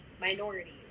minority